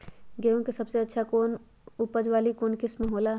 गेंहू के सबसे अच्छा उपज वाली कौन किस्म हो ला?